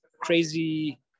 crazy